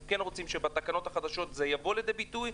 אנחנו כן רוצים שבתקנות החדשות זה יבוא לידי ביטוי,